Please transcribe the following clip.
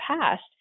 past